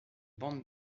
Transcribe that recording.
bande